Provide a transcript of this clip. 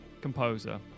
composer